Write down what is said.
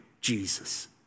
Jesus